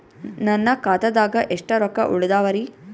ನನ್ನ ಖಾತಾದಾಗ ಎಷ್ಟ ರೊಕ್ಕ ಉಳದಾವರಿ?